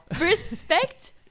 Respect